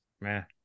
Man